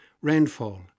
rainfall